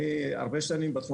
אני הרבה שנים בתחום.